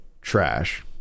trash